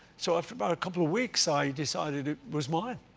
so after about a couple of weeks, i decided it was mine.